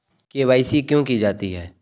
KYC क्यों की जाती है?